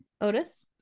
Otis